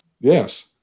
Yes